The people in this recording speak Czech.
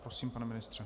Prosím, pane ministře.